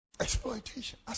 exploitation